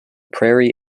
prairie